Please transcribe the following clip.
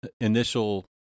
initial